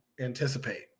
anticipate